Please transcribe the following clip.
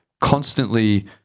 constantly